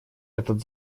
этот